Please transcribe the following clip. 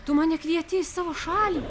tu mane kvieti į savo šalį